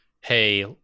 hey